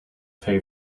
pay